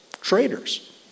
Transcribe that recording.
traitors